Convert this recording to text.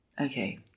Okay